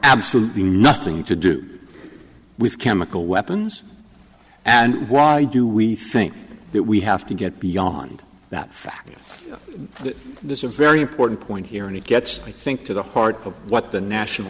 absolutely nothing to do with chemical weapons and why do we think that we have to get beyond that fact this a very important point here and it gets i think to the heart of what the national